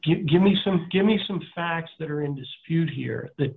give me some give me some facts that are in dispute here th